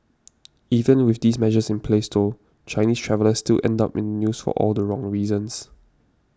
even with these measures in place though Chinese travellers still end up in the news for all the wrong reasons